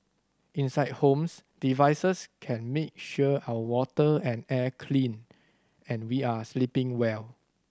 inside homes devices can make sure our water and air clean and we are sleeping well